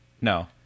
No